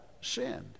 sinned